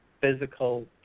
physical